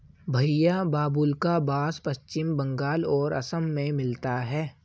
भईया बाबुल्का बास पश्चिम बंगाल और असम में मिलता है